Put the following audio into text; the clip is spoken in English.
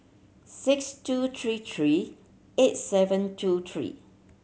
six two three three eight seven two three